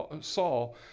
Saul